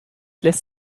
lässt